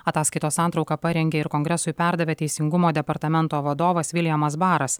ataskaitos santrauką parengė ir kongresui perdavė teisingumo departamento vadovas viljamas baras